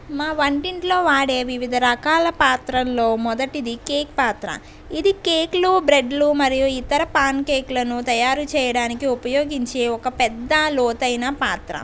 మా వంటింట్లో వాడే వివిధ రకాల పాత్రల్లో మొదటిది కేక్ పాత్ర ఇది కేకులు బ్రెడ్లు మరియు ఇతర పాన్ కేకులను తయారు చేయడానికి ఉపయోగించే ఒక పెద్ద లోతైన పాత్ర